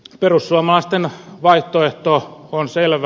perussuomalaisten vaihtoehto on selvä